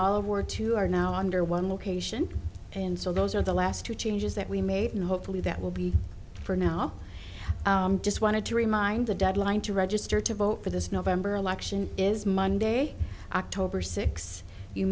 all were to are now under one location and so those are the last two changes that we made and hopefully that will be for now i just wanted to remind the deadline to register to vote for this november election is monday october six you